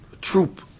troop